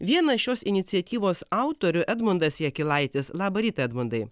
vienas šios iniciatyvos autorių edmundas jakilaitis labą rytą edmundai